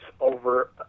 over